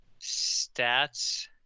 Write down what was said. stats